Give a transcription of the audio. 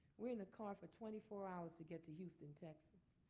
we're in the car for twenty four hours to get to houston, texas,